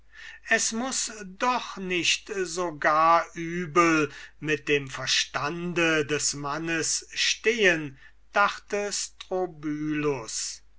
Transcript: es muß doch nicht so gar übel mit dem verstande des mannes stehen dachte